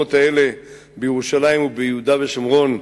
במקומות האלה, בירושלים וביהודה ושומרון,